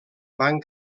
van